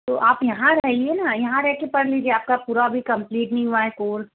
तो आप यहाँ रहिए न यहाँ रह कर पढ़ लीजिए आपका पूरा अभी कम्प्लीट नहीं हुआ है कोर्स